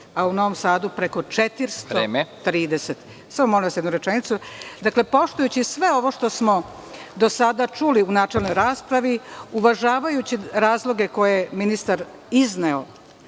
a u Novom Sadu preko 430.(Predsednik: Vreme.)Molim vas, samo jednu rečenicu. Dakle, poštujući sve ovo što smo do sada čuli u načelnoj raspravi, uvažavajući razloge koje je ministar izneo